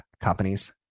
companies